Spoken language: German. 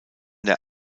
der